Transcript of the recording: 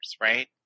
right